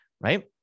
right